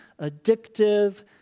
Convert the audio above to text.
addictive